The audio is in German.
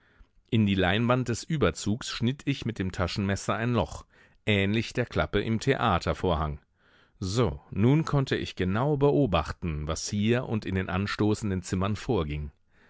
in die leinwand des überzugs schnitt ich mit dem taschenmesser ein loch ähnlich der klappe im theatervorhang so nun konnte ich genau beobachten was hier und in den anstoßenden zimmern vorging